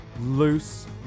loose